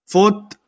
Fourth